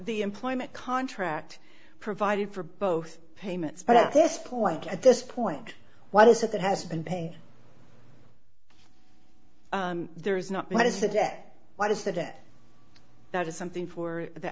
the employment contract provided for both payments but at this point at this point what is it that has been paid there is not what is the debt what is the debt that is something for the